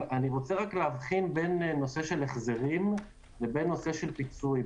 אני רוצה להבחין בין נושא של החזרים לבין נושא של פיצוי.